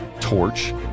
torch